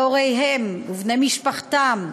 הוריהם ובני משפחתם,